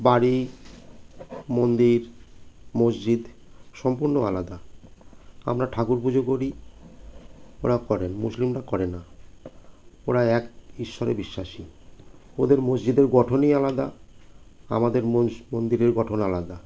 বাড়ি মন্দির মসজিদ সম্পূর্ণ আলাদা আমরা ঠাকুর পুজো করি ওরা করেন মুসলিমরা করে না ওরা এক ঈশ্বরে বিশ্বাসী ওদের মসজিদের গঠনই আলাদা আমাদের মোস মন্দিরের গঠন আলাদা